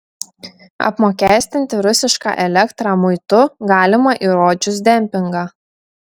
apmokestinti rusišką elektrą muitu galima įrodžius dempingą